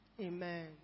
Amen